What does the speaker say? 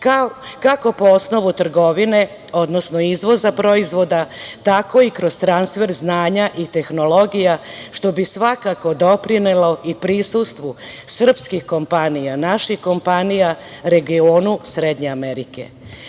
kako po osnovu trgovine, odnosno izvoza proizvoda, tako i kroz transfer znanja i tehnologija, što bi svakako doprinelo i prisustvu srpskih kompanija, naših kompanija regionu Srednje Amerike. Naravno